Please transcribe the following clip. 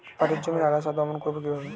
পাটের জমির আগাছা দমন করবো কিভাবে?